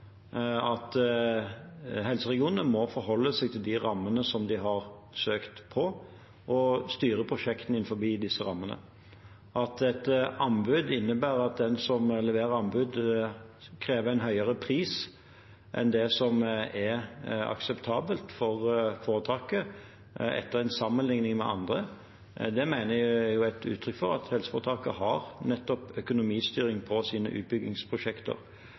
at helseregionene må forholde seg til de rammene de har søkt på, og må styre prosjektene innenfor disse rammene. At et anbud innebærer at den som leverer et anbud, krever en høyere pris enn det som er akseptabelt for helseforetaket etter en sammenligning med andre, mener jeg er uttrykk for at helseforetaket har nettopp økonomistyring på sine utbyggingsprosjekter.